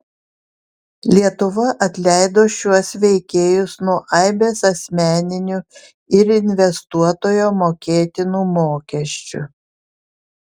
lietuva atleido šiuos veikėjus nuo aibės asmeninių ir investuotojo mokėtinų mokesčių